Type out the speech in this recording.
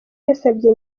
yasabye